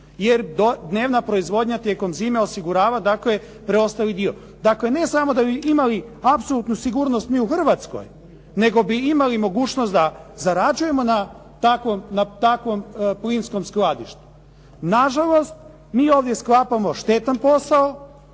jer dnevna proizvodnja tijekom zime osigurava dakle preostali dio. Dakle, ne samo da bi imali apsolutnu sigurnost mi u Hrvatskoj, nego bi imali mogućnost da zarađujemo na takvom plinskom skladištu. Nažalost mi ovdje sklapamo štetan posao,